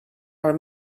are